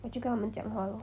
我就跟他们讲话 lor